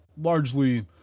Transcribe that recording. largely